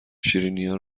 شیرینیا